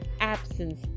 absence